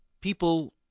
people